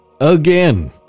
Again